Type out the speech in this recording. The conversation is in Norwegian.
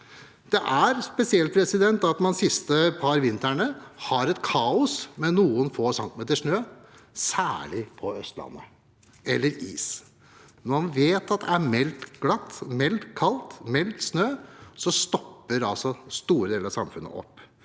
Det er spesielt at man de siste par vintrene har hatt et kaos med noen få centimeter snø eller is, særlig på Østlandet. Når man vet at det er meldt glatt, meldt kaldt, meldt snø, stopper altså store deler av samfunnet opp.